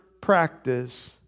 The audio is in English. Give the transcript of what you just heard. practice